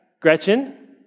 Gretchen